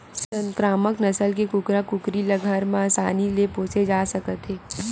संकरामक नसल के कुकरा कुकरी ल घर म असानी ले पोसे जा सकत हे